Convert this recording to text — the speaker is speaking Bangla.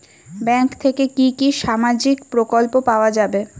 ব্যাঙ্ক থেকে কি কি সামাজিক প্রকল্প পাওয়া যাবে?